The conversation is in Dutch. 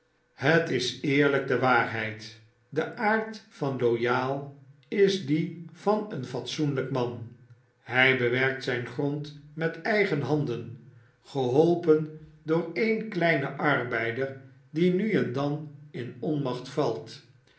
het is eerlyk de waarheid de aard van loyal is die van een fatsoenlyk man hy bewerkt zyn grond met eigen handen geholpen door een kleinen arbeider die nu en dan in onmacht valt